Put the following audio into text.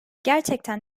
gerçekten